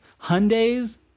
hyundai's